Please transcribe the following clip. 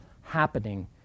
happening